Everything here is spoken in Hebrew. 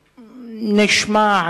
נשמע,